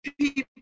people